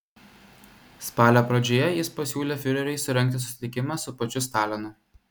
spalio pradžioje jis pasiūlė fiureriui surengti susitikimą su pačiu stalinu